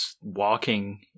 walking